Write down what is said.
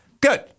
Good